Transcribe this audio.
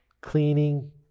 cleaning